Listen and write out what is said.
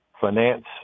finance